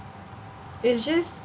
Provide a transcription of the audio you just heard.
it's just